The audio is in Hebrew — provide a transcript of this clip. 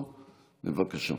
איננו,